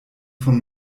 von